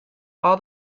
all